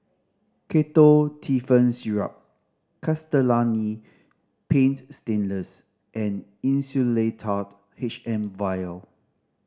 Ketotifen Syrup Castellani Paint Stainless and Insulatard H M Vial